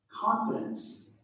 confidence